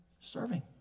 Serving